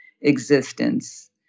existence